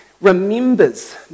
remembers